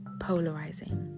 polarizing